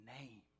name